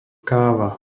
káva